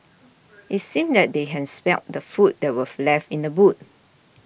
it seemed that they had smelt the food that were left in the boot